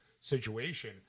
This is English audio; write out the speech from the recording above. situation